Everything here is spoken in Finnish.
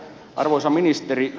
arvoisa ministeri